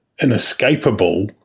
inescapable